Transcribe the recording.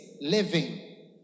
living